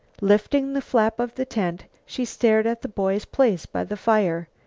lifting the flap of the tent, she stared at the boy's place by the fire.